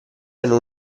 hanno